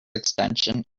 extension